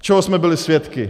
Čeho jsme byli svědky?